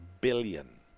billion